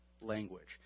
language